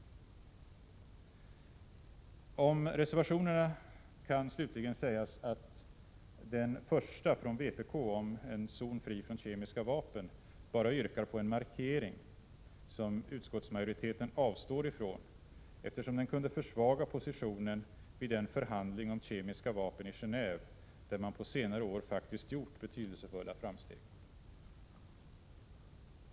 När det gäller reservationerna kan sägas att den första, från vpk om en zon fri från kemiska vapen, bara yrkar på en markering som utskottsmajoriteten avstår ifrån, eftersom den kunde försvaga positionen vid den förhandling om kemiska vapen som pågår i Geneve, där man på senare år faktiskt gjort betydelsefulla framsteg.